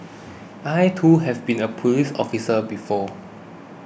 I too have been a police officer before